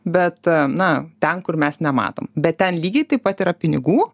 bet na ten kur mes nematom bet ten lygiai taip pat yra pinigų